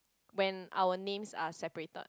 when our names are separated